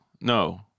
No